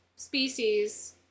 species